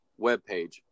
webpage